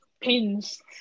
pins